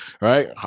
Right